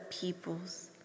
peoples